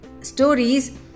stories